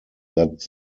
that